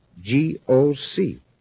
G-O-C